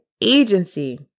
agency